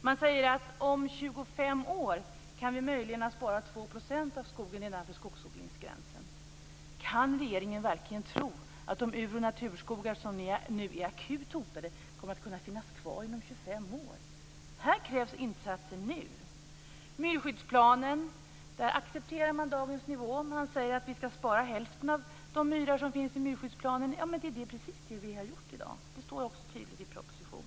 Man säger att om 25 år kan vi möjligen ha sparat 2 % av skogen innanför skogsodlingsgränsen. Kan regeringen verkligen tro att ur och naturskogar som nu är akut hotade kommer att finnas kvar om 25 år. Här krävs insatser nu! När det gäller myrskyddsplanen accepterar man dagens nivå. Man säger att hälften av de myrar som finns i myrskyddsplanen skall sparas. Det är precis det som vi har gjort i dag. Det står också tydligt i propositionen.